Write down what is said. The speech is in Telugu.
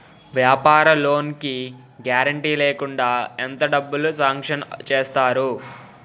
వ్యాపార లోన్ కి గారంటే లేకుండా ఎంత డబ్బులు సాంక్షన్ చేస్తారు?